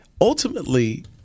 Ultimately